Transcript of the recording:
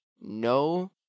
No